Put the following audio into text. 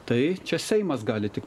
tai čia seimas gali tik